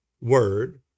word